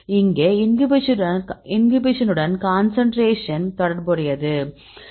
இங்கே இன்ஹிபிஷனுடன் கான்சன்ட்ரேஷன் தொடர்புடையது